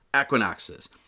equinoxes